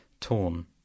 torn